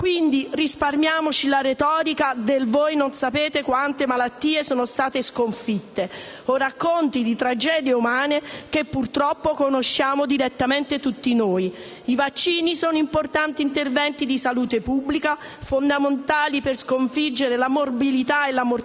quindi risparmiamoci la retorica del voi non sapete quante malattie sono state sconfitte o i racconti di tragedie umane che purtroppo conosciamo direttamente tutti noi. I vaccini sono importanti interventi di salute pubblica, fondamentali per sconfiggere la morbilità e la mortalità